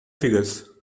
figures